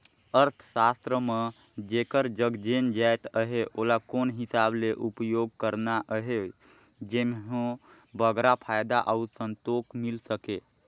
अर्थसास्त्र म जेकर जग जेन जाएत अहे ओला कोन हिसाब ले उपयोग करना अहे जेम्हो बगरा फयदा अउ संतोक मिल सके